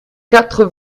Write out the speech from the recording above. quatre